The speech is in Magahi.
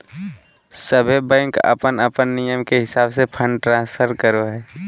सभे बैंक अपन अपन नियम के हिसाब से फंड ट्रांस्फर करो हय